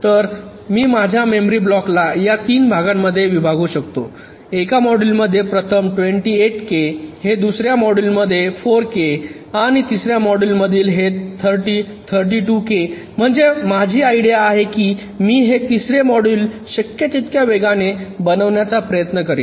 तर मी माझ्या मेमरी ब्लॉकला या 3 भागामध्ये विभागू शकतो एका मॉड्यूलमध्ये प्रथम 28 के हे दुसर्या मॉड्यूलमध्ये ४ के आणि तिसऱ्या मॉड्यूलमधील हे 30 32 के म्हणजे माझी आयडीया आहे की मी हे तिसरे मॉड्यूल शक्य तितक्या वेगवान बनवण्याचा प्रयत्न करीन